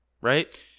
right